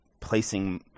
placing